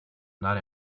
not